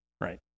Right